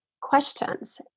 questions